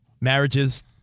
Marriages